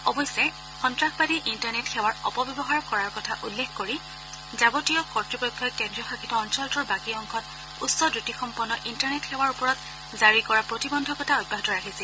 অৱশ্যে সন্তাসবাদীয়ে ইণ্টাৰনেট সেৱাৰ অপব্যৱহাৰ কৰাৰ কথা উল্লেখ কৰি যাৱতীয় কৰ্তৃপক্ষই কেন্দ্ৰীয় শাসিত অঞ্চলটোৰ বাকী অংশত উচ্চ দ্ৰতিসম্পন্ন ইণ্টাৰনেট সেৱাৰ ওপৰত জাৰি কৰা প্ৰতিবন্ধকতা অব্যাহত ৰাখিছিল